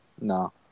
No